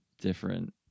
different